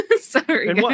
Sorry